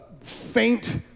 faint